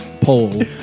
poll